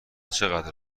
چقدر